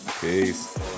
peace